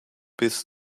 bis